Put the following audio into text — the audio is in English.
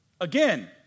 Again